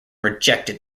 rejected